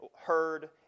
heard